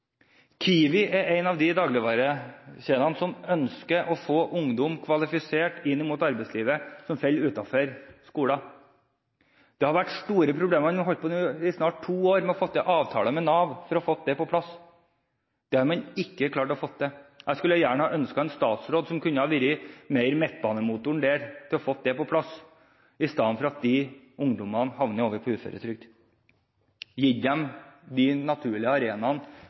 Kiwi er en av de dagligvarekjedene som ønsker å få ungdom som faller utenfor skolen, kvalifisert til arbeidslivet. Det har vært store problemer – man har i to år forsøkt å få til en avtale med Nav for å få det på plass. Det har man ikke klart å få til. Jeg skulle ønske vi hadde en statsråd som kunne vært midtbanemotor for å få det på plass. I stedet for at de ungdommene havner på uføretrygd, kunne man gitt dem de naturlige arenaene